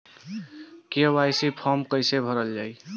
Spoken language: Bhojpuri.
के.वाइ.सी फार्म कइसे भरल जाइ?